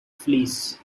fleas